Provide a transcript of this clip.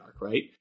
right